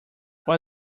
why